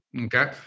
Okay